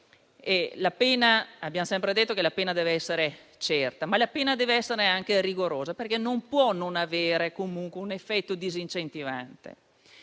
Abbiamo sempre sostenuto che la pena deve essere certa, ma la pena deve essere anche rigorosa, perché non può non avere un effetto disincentivante.